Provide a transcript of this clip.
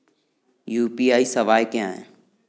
UPI सवायें क्या हैं?